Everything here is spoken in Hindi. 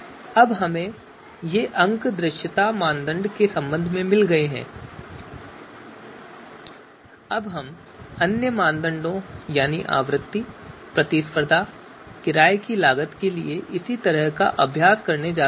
अब हमें ये अंक दृश्यता मानदंड के संबंध में मिल गए हैं अब हम अन्य मानदंडों यानी आवृत्ति प्रतिस्पर्धा और किराए की लागत के लिए इसी तरह का अभ्यास करने जा रहे हैं